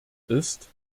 ist